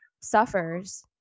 suffers